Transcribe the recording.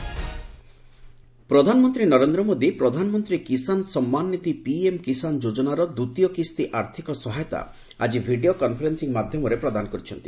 PM କିଷାନନିଧି ପ୍ରଧାନମନ୍ତ୍ରୀ ନରେନ୍ଦ୍ର ମୋଦୀ ପ୍ରଧାନମନ୍ତ୍ରୀ କିଷାନ ସମ୍ମାନନିଧି ପିଏମ୍ କିଷାନ ଯୋଜନାର ଦ୍ୱିତୀୟ କିସ୍ତି ଆର୍ଥିକ ସହାୟତା ଆକି ଭିଡ଼ିଓ କନ୍ଫରେନ୍ସିଂ ମାଧ୍ୟମରେ ପ୍ରଦାନ କରିଛନ୍ତି